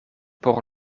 por